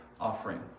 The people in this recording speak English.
offering